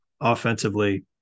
offensively